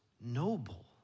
noble